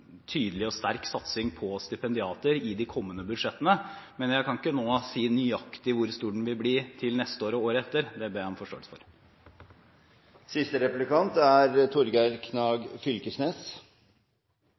tydelig og sterk satsing på stipendiater i de kommende budsjettene, men jeg kan ikke nå si nøyaktig hvor stor den vil bli til neste år og året etter. Det ber jeg om forståelse for. Eg lurer på kor det kjem frå at dette er